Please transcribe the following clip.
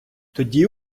тоді